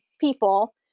people